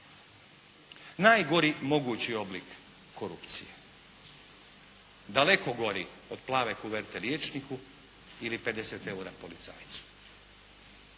Najgori mogući oblik korupcije. Daleko gori od plave kuverte liječniku ili 50 eura policajcu.